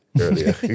earlier